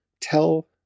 tell